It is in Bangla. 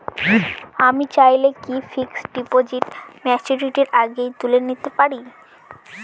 আমি চাইলে কি ফিক্সড ডিপোজিট ম্যাচুরিটির আগেই তুলে নিতে পারি?